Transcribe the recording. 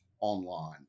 online